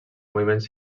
moviments